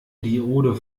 diode